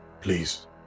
Please